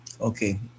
Okay